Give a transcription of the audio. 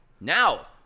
now